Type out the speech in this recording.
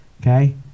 okay